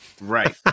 Right